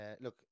look